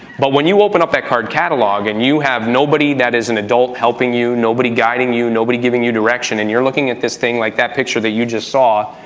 but when you open up that card catalog and you have nobody that is an adult helping you, nobody guiding you, nobody giving you direction, and you're looking at this thing like that picture that you just saw,